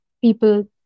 people